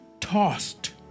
tossed